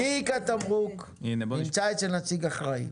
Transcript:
תיק התמרוק נמצא אצל הנציג האחראי.